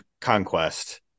conquest